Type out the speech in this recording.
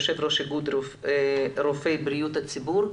יו"ר איגוד רופאי בריאות הציבור.